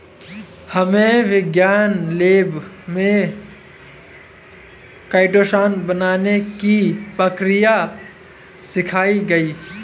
हमे विज्ञान लैब में काइटोसान बनाने की प्रक्रिया सिखाई गई